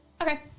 Okay